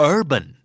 Urban